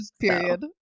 period